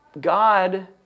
God